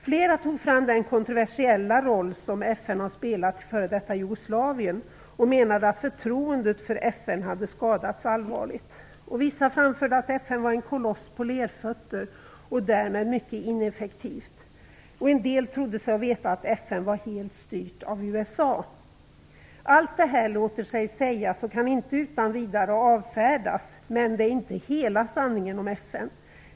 Flera tog fram den kontroversiella roll som FN har spelat i f.d. Jugoslavien och menade att förtroendet för FN hade skadats allvarligt. Vissa framförde att FN var en koloss på lerfötter och därmed mycket inneffektivt. En del trodde sig veta att FN var helt styrt av USA. Allt detta låter sig sägas och kan inte utan vidare avfärdas, men det är inte hela sanningen om FN.